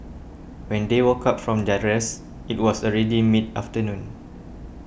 when they woke up from their rest it was already mid afternoon